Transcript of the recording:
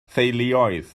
theuluoedd